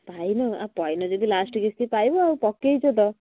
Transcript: ପାଇନ ଆଉ ପାଇନ ଯଦି ଲାଷ୍ଟ କିସ୍ତି ପାଇବ ଆଉ ପକେଇଛ ତ